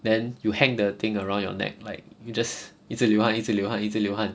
then you hang the thing around your neck like you just 一直流汗一直流汗一直流汗